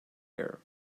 air